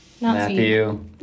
Matthew